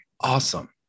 Awesome